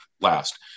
last